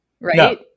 right